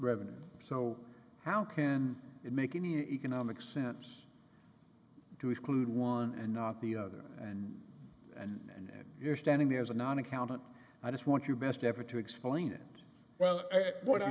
revenues so how can it make any economic sense to exclude one and not the other and and then you're standing there as a non accountant i just want your best effort to explain it well what